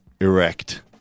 erect